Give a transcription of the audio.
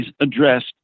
addressed